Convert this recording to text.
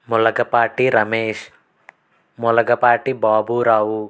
Moolakapati Ramesh Moolakapati Baburao